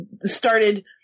started